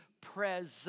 present